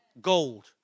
Gold